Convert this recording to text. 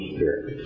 Spirit